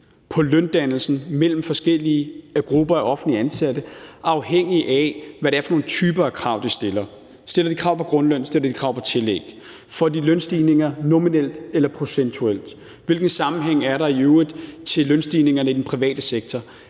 på løndannelsen mellem forskellige grupper af offentligt ansatte, afhængigt af hvad det er for nogle typer af krav, de stiller. Stiller de krav til grundlønnen? Stiller de krav om tillæg? Får de lønstigninger nominelt eller procentuelt? Hvilken sammenhæng er der i øvrigt til lønstigningerne i den private sektor?